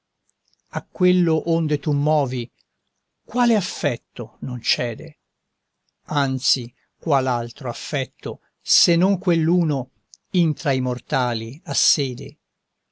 a quello onde tu movi quale affetto non cede anzi qual altro affetto se non quell'uno intra i mortali ha sede